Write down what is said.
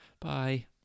Bye